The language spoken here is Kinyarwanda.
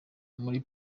muri